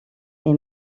est